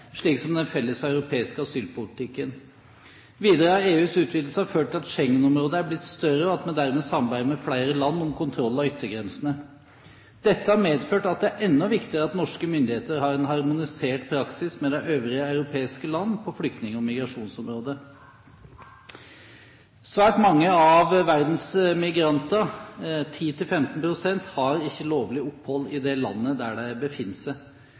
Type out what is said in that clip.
slik som den felles europeiske asylpolitikken. Videre har EUs utvidelse ført til at Schengen-området er blitt større, og at vi dermed samarbeider med flere land om kontroll av yttergrensene. Dette har medført at det er enda viktigere at norske myndigheter har en harmonisert praksis med de øvrige europeiske landene på flyktning- og migrasjonsområdet. Svært mange av verdens migranter – 10 til 15 pst.– har ikke lovlig opphold i det landet de befinner seg